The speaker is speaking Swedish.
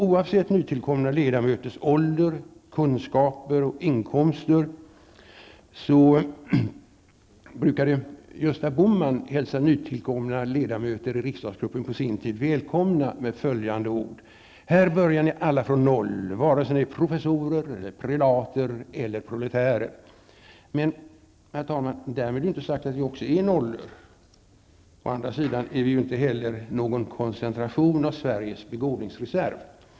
Oavsett nytillkomna ledamöters ålder, kunskaper och inkomster brukade Gösta Bohman på sin tid hälsa nytillkomna ledamöter i riksdagsgruppen välkomna med följande ord: Här börjar ni alla från noll, vare sig ni är professorer eller prelater eller proletärer. Men, herr talman, därmed är det inte sagt att vi också är nollor; å andra sidan är vi inte heller någon koncentration av Sveriges begåvningsreserv.